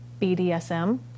BDSM